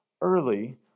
early